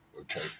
okay